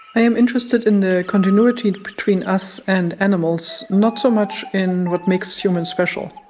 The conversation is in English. i am interested in the continuity between us and animals, not so much in what makes humans special.